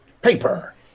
Paper